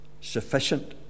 sufficient